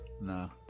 No